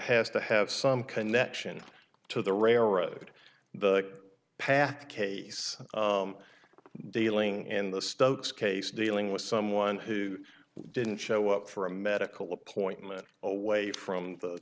has to have some connection to the railroad the path case dealing in the stokes case dealing with someone who didn't show up for a medical appointment away from the